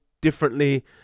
differently